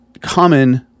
common